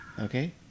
okay